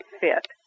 fit